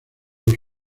los